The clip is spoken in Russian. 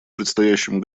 предстоящем